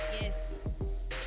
Yes